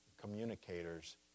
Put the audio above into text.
communicators